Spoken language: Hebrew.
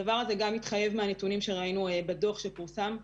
הדבר הזה גם מתחייב מהנתונים שראינו בדו"ח שפורסם,